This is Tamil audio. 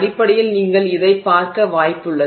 அடிப்படையில் நீங்கள் இதைப் பார்க்க வாய்ப்புள்ளது